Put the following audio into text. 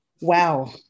Wow